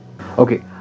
okay